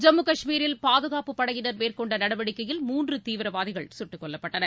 ஜம்மு கஷ்மீரில் பாதுகாப்புப் படையினர் மேற்கொண்ட நடவடிக்கையில் மூன்று தீவிரவாதிகள் சுட்டுக் கொல்லப்பட்டனர்